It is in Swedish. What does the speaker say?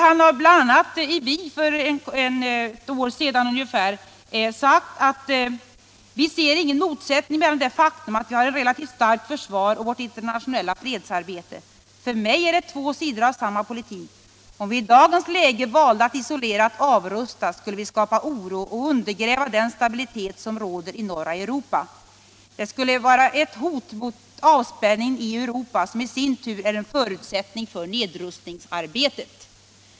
Han sade bl.a. i tidningen Vi för ungefär ett år sedan: Vi ser ingen motsättning mellan det faktum att vi har ett relativt starkt försvar och vårt internationella fredsarbete. För mig är det två sidor av samma politik. Om vi i dagens läge valde att isolerat avrusta skulle vi skapa oro och undergräva den stabilitet som råder i norra Europa. Det skulle vara ett hot mot avspänning i Europa som i sin tur är en förutsättning för nedrustningsarbetet.